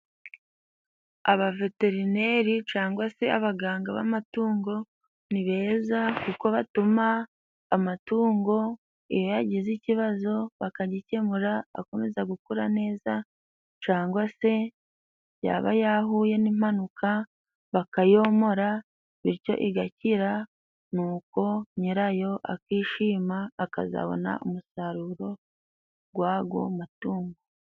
Abaveterineri cyangwa se abaganga b'amatungo ni beza kuko batuma amatungo iyo yagize ikibazo bakagikemura akomeza gukura neza cangwa se yaba yahuye n'impanuka bakayomora bityo igakira nuko nyirayo akishima akazabona umusaruro gw'ago matungo.